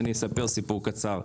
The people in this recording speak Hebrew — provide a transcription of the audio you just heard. אני אספר סיפור קצר.